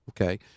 Okay